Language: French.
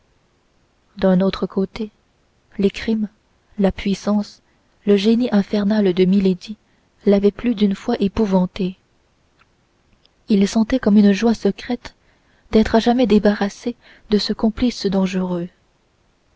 d'un autre côté les crimes la puissance le génie infernal de milady l'avaient plus d'une fois épouvanté il sentait comme une joie secrète d'être à jamais débarrassé de ce complice dangereux